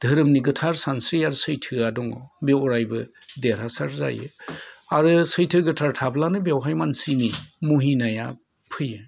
धोरोमनि गोथार सानस्रिआ सैथोआ दङ बे अरायबो देरहासार जायो आरो सैथो गोथार थाब्लानो बेहाय मानसिनि मुहिनाया फैयो